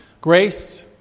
Grace